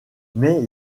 mais